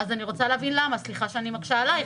אני רוצה להבין למה, סליחה שאני מקשה עליך.